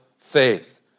faith